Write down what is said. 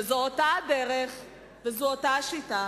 שזו אותה הדרך וזו אותה השיטה.